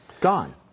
gone